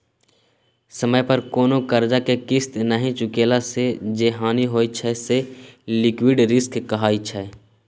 समय पर कोनो करजा केँ किस्त नहि चुकेला सँ जे हानि होइ छै से लिक्विडिटी रिस्क कहाइ छै